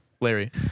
Larry